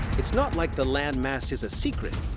it's not like the land mass is a secret.